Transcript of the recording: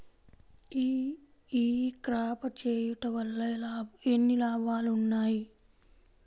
ఈ క్రాప చేయుట వల్ల ఎన్ని లాభాలు ఉన్నాయి?